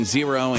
Zero